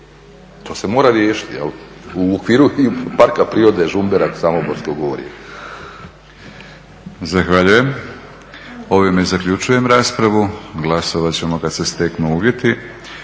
to se mora riješiti u okviru i Parka prirode Žumberak Samoborsko gorje.